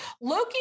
Loki